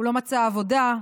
הוא לא מצא עבודה.